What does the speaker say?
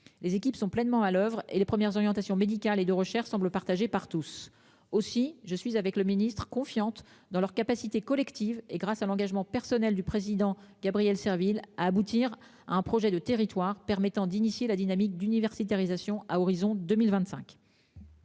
Les équipes sont pleinement à l'oeuvre et les premières orientations médicales et de recherche semble partagée par tous, aussi je suis avec le ministre-confiantes dans leur capacité collective et grâce à l'engagement personnel du président, Gabriel Serville à aboutir à un projet de territoire permettant d'initier la dynamique d'université réalisation à horizon 2025.